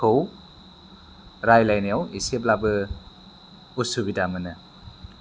खौ रायज्लायनायाव इसेब्लाबो असुबिदा मोनो